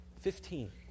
Fifteen